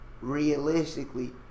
Realistically